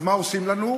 אז מה עושים לנו?